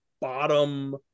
bottom